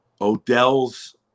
Odell's